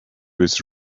his